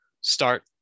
start